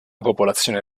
popolazione